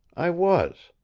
i was.